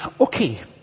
okay